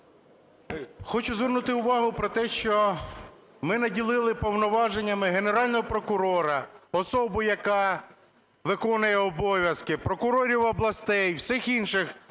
Хочу звернути увагу про те, що ми наділили повноваженнями Генерального прокурора, особу, яка виконує обов'язки, прокурорів областей, всіх інших